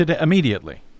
immediately